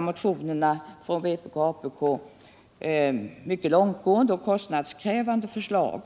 motionerna från vpk och apk mycket långtgående och kostnadskrävande förslag.